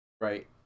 Right